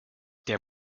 der